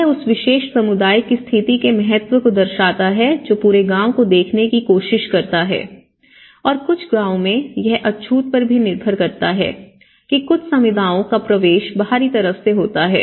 यह उस विशेष समुदाय की स्थिति के महत्व को दर्शाता है जो पूरे गाँव को देखने की कोशिश करता है और कुछ गाँवों में यह अछूत पर निर्भर करता है कि कुछ समुदायों का प्रवेश बाहरी तरफ से होता है